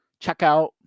checkout